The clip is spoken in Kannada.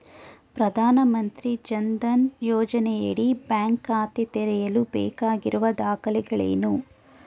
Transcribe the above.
ಪ್ರಧಾನಮಂತ್ರಿ ಜನ್ ಧನ್ ಯೋಜನೆಯಡಿ ಬ್ಯಾಂಕ್ ಖಾತೆ ತೆರೆಯಲು ಬೇಕಾಗಿರುವ ದಾಖಲೆಗಳೇನು?